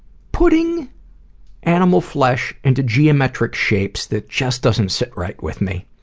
putting animal flesh into geometric shapes that just doesn't sit right with me.